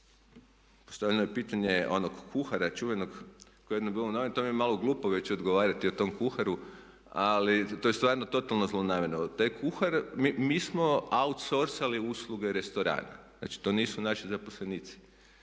Postavljeno je pitanje onog kuhara čuvenog koje je ujedno bilo u novinama, to mi je malo glupo već odgovarati o tom kuharu, ali to je stvarno totalno zlonamjerno. Taj kuhar, mi smo outsourcali usluge restorana, znači to nisu naši zaposlenici.